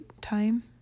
time